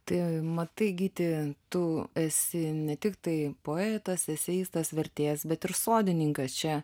tai matai gyti tu esi ne tiktai poetas eseistas vertėjas bet ir sodininkas čia